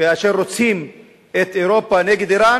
כאשר רוצים את אירופה נגד אירן,